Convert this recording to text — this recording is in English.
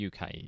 UK